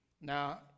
Now